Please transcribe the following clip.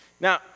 Now